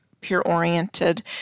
peer-oriented